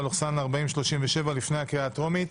פ/4037/24 לפני הקריאה הטרומית.